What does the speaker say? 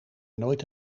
nooit